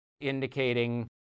indicating